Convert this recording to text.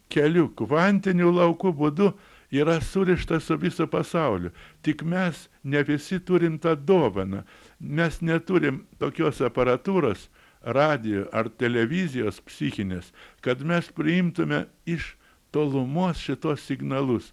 keliu kvantinių laukų būdu yra surišta su visu pasauliu tik mes ne visi turim tą dovaną mes neturim tokios aparatūros radijo ar televizijos psichinės kad mes priimtume iš tolumos šituos signalus